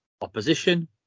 opposition